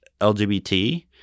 LGBT